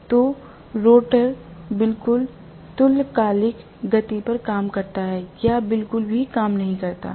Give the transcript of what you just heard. तो रोटर बिल्कुल तुल्यकालिक गति पर काम करता है या बिल्कुल भी काम नहीं करता है